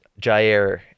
Jair